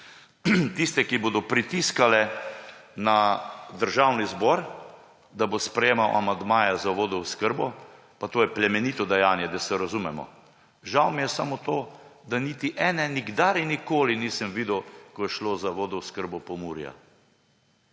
tiste, ki bodo pritiskale na državni zbor, da bo sprejemal amandmaje za vodooskrbo, pa to je plemenito dejanje, da se razumemo. Žal mi je samo to, da niti ene nikdar in nikoli nisem videl, ko je šlo za vodooskrbo Pomurja.